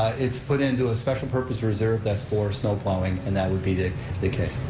it's put into a special purpose reserve that's for snowplowing, and that would be the the case.